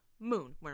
moon